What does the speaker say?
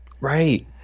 right